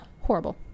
Horrible